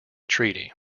treaty